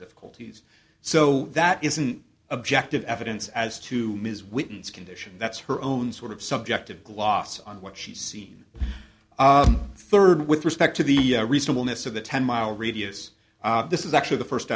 difficult so that is an objective evidence as to ms whitman's condition that's her own sort of subjective gloss on what she's seen third with respect to the reasonableness of the ten mile radius this is actually the first